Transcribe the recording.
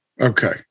Okay